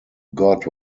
god